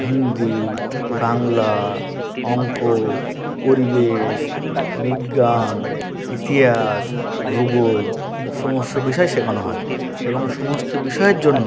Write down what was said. হিন্দি বাংলা অঙ্ক পরিবেশ বিজ্ঞান ইতিহাস ভূগোল সমস্ত বিষয় শেখানো হয় এবং সমস্ত বিষয়ের জন্য